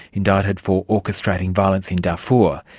indicted for orchestrating violence in darfur.